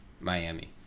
Miami